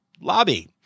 lobby